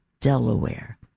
Delaware